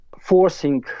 forcing